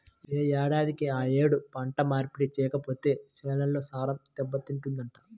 యే ఏడాదికి ఆ యేడు పంట మార్పిడి చెయ్యకపోతే చేలల్లో సారం దెబ్బతింటదంట